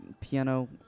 Piano